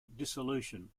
dissolution